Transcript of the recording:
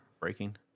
breaking